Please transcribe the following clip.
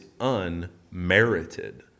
unmerited